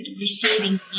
receiving